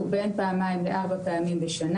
ובשש